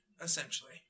essentially